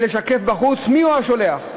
ולשקף בחוץ מי השולח.